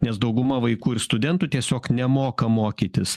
nes dauguma vaikų ir studentų tiesiog nemoka mokytis